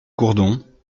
gourdon